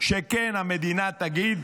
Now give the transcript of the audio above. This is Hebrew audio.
שהמדינה תגיד: